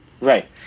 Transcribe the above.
Right